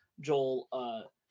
joel